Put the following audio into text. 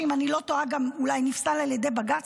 שאם אני לא טועה גם אולי נפסל על ידי בג"ץ,